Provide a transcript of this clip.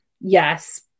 yes